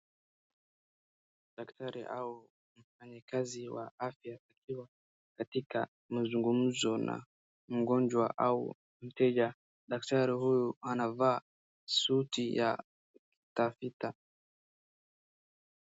Daktari au mfanyakazi wa afya akiwa katika mazungumzo na mgonjwa au mteja. Daktari huyu anavaa suti ya utafita.